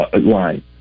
line